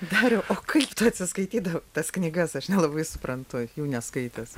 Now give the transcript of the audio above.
dariau o kaip tu atsiskaitydavai tas knygas aš nelabai suprantu jų neskaitęs